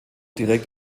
direkt